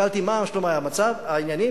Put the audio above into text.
שאלתי: מה מצב העניינים?